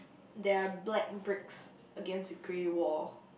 there're black bricks against a grey wall